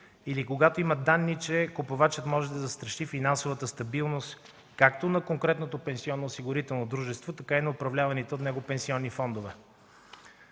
или когато има данни, че купувачът може да застраши финансовата стабилност както на конкретното пенсионноосигурително дружество, така и на управляваните от него пенсионни фондове.